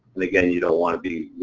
and again, you don't wanna be.